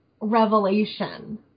revelation